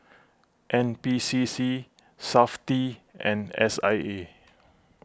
N P C C SAFTI and S I A